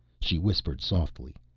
she whispered softly.